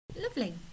Lovely